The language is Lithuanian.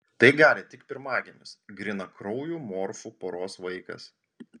tai gali tik pirmagimis grynakraujų morfų poros vaikas